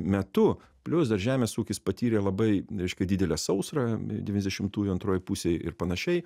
metu plius dar žemės ūkis patyrė labai reiškia didelę sausrą devyniasdešimtųjų antroj pusėj ir panašiai